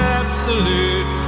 absolute